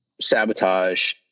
sabotage